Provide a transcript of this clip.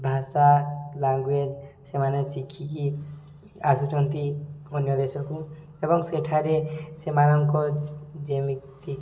ଭାଷା ଲାଙ୍ଗୁଏଜ ସେମାନେ ଶିଖିକି ଆସୁଛନ୍ତି ଅନ୍ୟ ଦେଶକୁ ଏବଂ ସେଠାରେ ସେମାନଙ୍କ ଯେମିତିକି